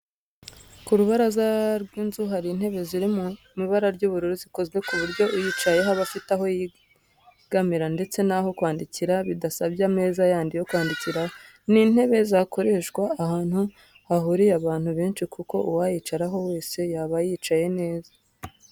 Ku rubaraza rw'inzu hari intebe ziri mu ibara ry'ubururu zikozwe ku buryo uyicayeho aba afite aho yegamira ndetse n'aho kwandikira bidasabye ameza yandi yo kwandikiraho. Ni intebe zakoreshwa ahantu hahuriye abantu benshi kuko uwayicaraho wese yaba yicaye neza